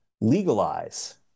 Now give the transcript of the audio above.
legalize